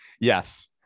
Yes